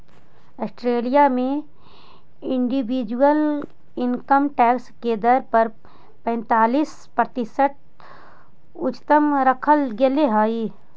Australia में individual income tax के दर पैंतालीस प्रतिशत उच्चतम रखल गेले हई